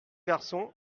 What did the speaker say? garçons